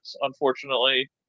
unfortunately